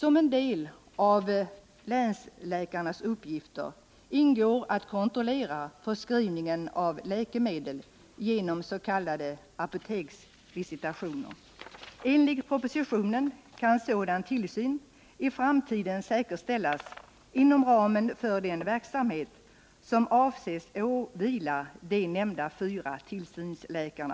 Tlänsläkarens uppgifter ingår att kontrollera förskrivningen av läkemedel genom s.k. apoteksvisitationer. Enligt propositionen kan sådan tillsyn i framtiden säkerställas inom ramen för den verksamhet som avses åvila de nämnda fyra tillsynsläkarna.